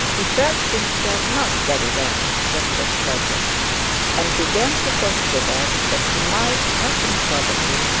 he felt himself not very well just at present and began to consider that he might, not improbably,